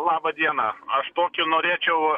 laba diena aš tokį norėčiau